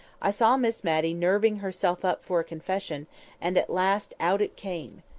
i saw miss matty nerving herself up for a confession and at last out it came.